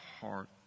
heart